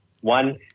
One